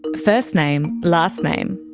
but first name, last name,